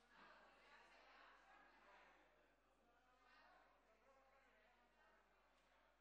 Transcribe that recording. (הישיבה נפסקה בשעה 16:43 ונתחדשה בשעה 20:30.)